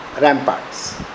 ramparts